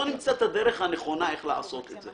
בואו נמצא את הדרך הנכונה איך לעשות את זה.